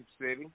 City